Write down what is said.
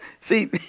See